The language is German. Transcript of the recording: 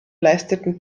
leisteten